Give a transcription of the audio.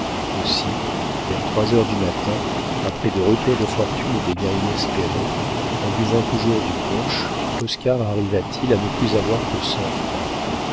aussi vers trois heures du matin après des retours de fortune et des gains inespérés en buvant toujours du punch oscar arriva-t-il à ne plus avoir que cent francs